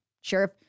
sheriff